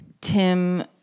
Tim